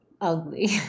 ugly